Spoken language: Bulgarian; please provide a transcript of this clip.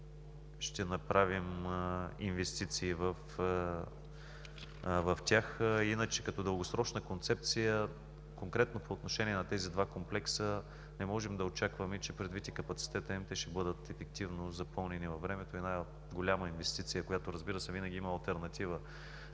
ще направим инвестиции в тях. Като дългосрочна концепция, конкретно по отношение на тези два комплекса не можем да очакваме, че, предвид и капацитета им, те ще бъдат ефективно запълнени във времето – една голяма инвестиция, която, разбира се, винаги има алтернатива.